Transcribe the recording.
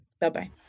Bye-bye